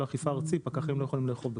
האכיפה הארצי פקחים לא יכולים לאכוף בכביש.